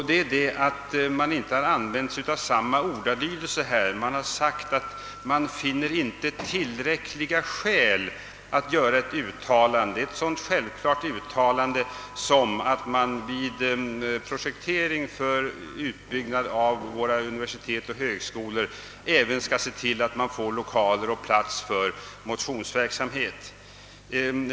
Utskottet har nämligen inte använt samma ordalydelse här, utan säger sig inte finna »tillräckliga skäl» att göra ett så självklart uttalande som att man vid projektering för utbyggnad av våra universitet och högskolor även skall se till att man får lokaler för motionsverksamhet.